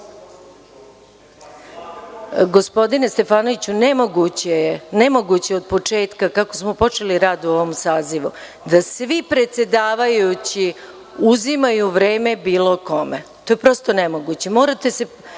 Čomić.)Gospodine Stefanoviću, nemoguće je. Od početka, kako smo počeli rad u ovom sazivu da svi predsedavajući uzimaju vreme bilo kome. To je prosto nemoguće.